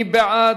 מי בעד?